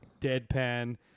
deadpan